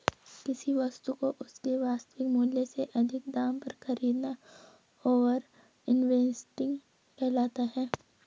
किसी वस्तु को उसके वास्तविक मूल्य से अधिक दाम पर खरीदना ओवर इन्वेस्टिंग कहलाता है